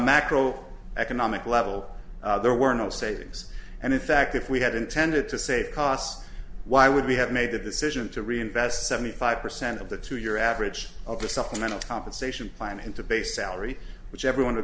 macro economic level there were no saving yes and in fact if we had intended to save costs why would we have made the decision to reinvest seventy five percent of the two your average of the supplemental compensation plan into base salary which every one